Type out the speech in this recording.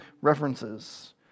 references